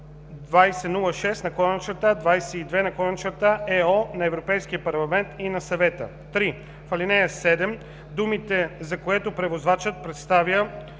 2006/22/ЕО на Европейския парламент и на Съвета. 3. В ал. 7 думите „за което превозвачът представя